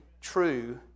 true